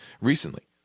recently